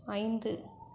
ஐந்து